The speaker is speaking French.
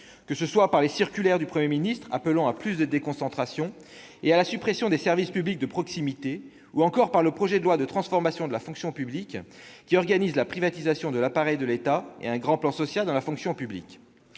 traduction dans les circulaires du Premier ministre appelant à plus de déconcentration et à la suppression des services publics de proximité, ou encore dans le projet de loi de transformation de la fonction publique, qui organise la privatisation de l'appareil de l'État et un grand plan social dans la fonction publique.